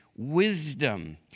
wisdom